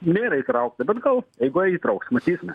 nėra įtraukta bet gal eigoj įtrauks matysime